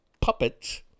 puppets